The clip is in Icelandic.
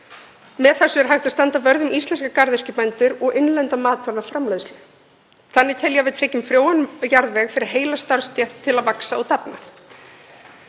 Með þessu er hægt að standa vörð um íslenska garðyrkjubændur og innlenda matvælaframleiðslu. Þannig tel ég að við tryggjum frjóan jarðveg fyrir heila starfsstétt til að vaxa og dafna.